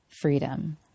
freedom